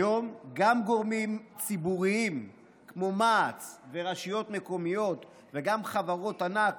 היום גם גורמים ציבוריים כמו מע"צ ורשויות מקומיות וגם חברות ענק,